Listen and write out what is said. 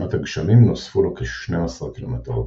ובעונת הגשמים נוספו לו כ-12 קמ"ר.